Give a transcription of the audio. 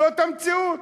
זאת המציאות.